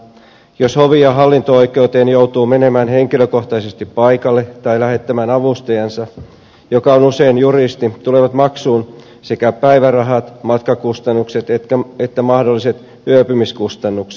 jos hovi ja hallinto oikeuteen joutuu menemään henkilökohtaisesti paikalle tai lähettämään avustajansa joka on usein juristi tulevat maksuun sekä päivärahat matkakustannukset että mahdolliset yöpymiskustannukset